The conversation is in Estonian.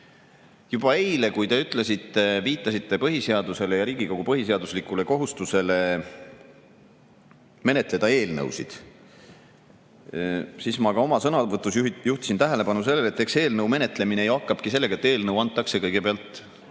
juba eile, kui te viitasite põhiseadusele ja Riigikogu põhiseaduslikule kohustusele menetleda eelnõusid, siis ma ka oma sõnavõtus juhtisin tähelepanu sellele, et eks eelnõu menetlemine ju hakkabki sellega pihta, et eelnõu annavad kõigepealt